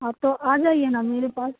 हाँ तो आ जाइए ना मेरे पास